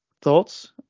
thoughts